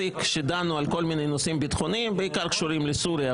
כשדנו על כל מיני נושאים ביטחוניים שקשורים בעיקר לסוריה,